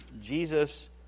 Jesus